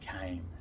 came